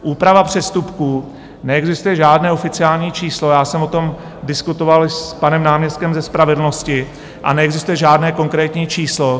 Úprava přestupků: neexistuje žádné oficiální číslo, já jsem o tom diskutoval s panem náměstkem ze spravedlnosti a neexistuje žádné konkrétní číslo.